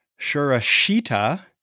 Shurashita